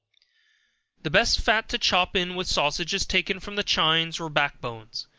the best fat to chop in with sausage is taken from the chines or back bones.